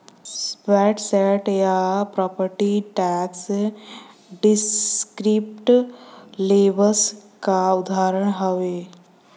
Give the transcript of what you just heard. VAT सैट या property tax descriptive labels क उदाहरण हउवे